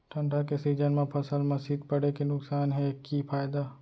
ठंडा के सीजन मा फसल मा शीत पड़े के नुकसान हे कि फायदा?